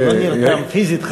לא נרדם פיזית,